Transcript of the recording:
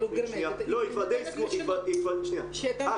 אנחנו נעדכן.